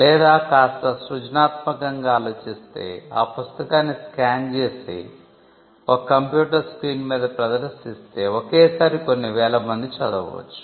లేదా కాస్త సృజనాత్మకంగా ఆలోచిస్తే ఆ పుస్తకాన్ని స్కాన్ చేసి ఒక కంప్యూటర్ స్క్రీన్ మీద ప్రదర్శిస్తే ఒకే సారి కొన్ని వేల మంది చదవ వచ్చు